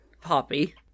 poppy